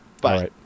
Bye